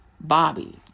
Bobby